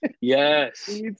Yes